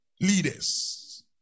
leaders